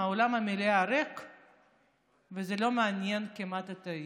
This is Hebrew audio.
אולם המליאה ריק וזה לא מעניין כמעט איש.